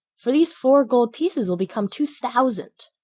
for these four gold pieces will become two thousand.